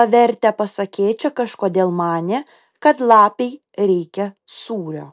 pavertę pasakėčia kažkodėl manė kad lapei reikia sūrio